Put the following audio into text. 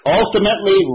ultimately